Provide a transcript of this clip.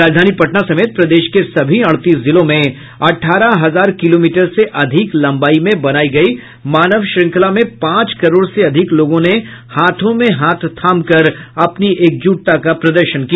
राजधानी पटना समेत प्रदेश के सभी अडतीस जिलों में अठारह हजार किलोमीटर से अधिक लंबाई में बनाई गई मानव श्रंखला में पांच करोड़ से अधिक लोगों ने हाथों में हाथ थाम कर अपनी एकजुटता का प्रदर्शन किया